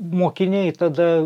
mokiniai tada